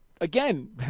again